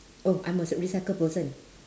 oh I'm a s~ recycle person